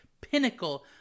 pinnacle